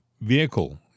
vehicle